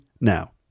now